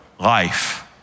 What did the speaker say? life